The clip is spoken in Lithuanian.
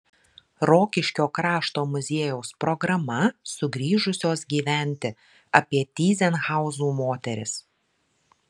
rokiškio krašto muziejaus programa sugrįžusios gyventi apie tyzenhauzų moteris